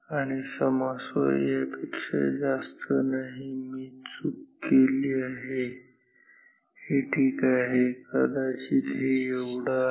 आणि क्षमस्व यापेक्षा जास्त नाही मी चूक केली आहे हे ठीक आहे कदाचित हे एवढं आहे